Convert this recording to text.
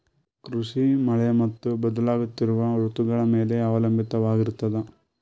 ಕೃಷಿ ಮಳೆ ಮತ್ತು ಬದಲಾಗುತ್ತಿರುವ ಋತುಗಳ ಮೇಲೆ ಅವಲಂಬಿತವಾಗಿರತದ